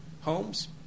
homes